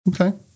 Okay